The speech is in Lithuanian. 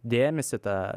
dėmesį tą